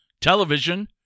television